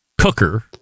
cooker